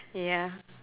ya